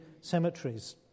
cemeteries